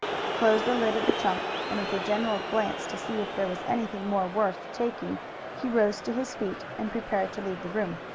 he closed the lid of the trunk, and with a general glance to see if there was anything more worth taking he rose to his feet and prepared to leave the room.